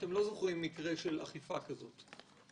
האם אתם זוכרים מקרה של אכיפה כזאת?